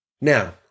now